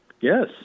Yes